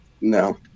No